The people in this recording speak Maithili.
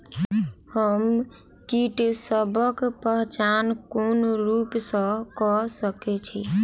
हम कीटसबक पहचान कोन रूप सँ क सके छी?